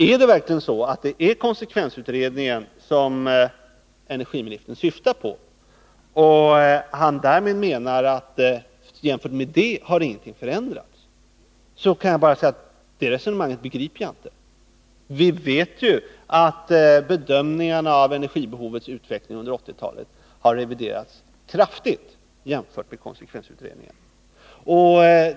Om det verkligen är konsekvensutredningen som energiministern syftar på och om han menar att jämfört med den ingenting har förändrats, kan jag bara säga att jag inte begriper hans resonemang. Vi vet att bedömningarna av energibehovets utveckling under 1980-talet har reviderats kraftigt jämfört med vad konsekvensutredningen kom fram till.